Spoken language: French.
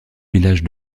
village